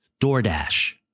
DoorDash